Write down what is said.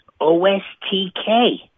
OSTK